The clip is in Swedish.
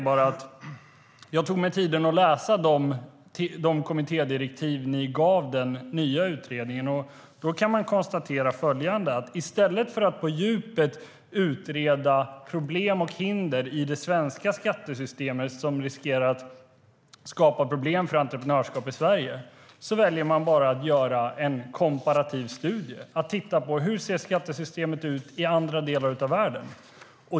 Jag tog mig dock tiden att läsa de kommittédirektiv ni gav den nya utredningen och kan konstatera följande: I stället för att på djupet utreda hinder i det svenska skattesystemet som riskerar att skapa problem för entreprenörskap i Sverige väljer man att bara göra en komparativ studie och titta på hur skattesystemet ser ut i andra delar av världen.